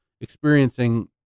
experiencing